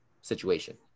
situation